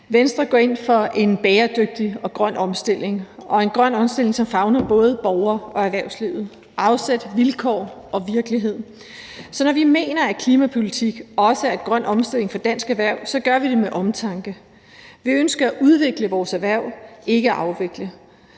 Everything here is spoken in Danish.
Venstre går ind for en bæredygtig og grøn omstilling – en grøn omstilling, som favner både borgere og erhvervslivet: afsæt, vilkår og virkelighed. Så når klimapolitik også er grøn omstilling af dansk erhverv, mener vi, at det skal gøres med omtanke. Vi ønsker at udvikle vores erhverv, ikke at afvikle,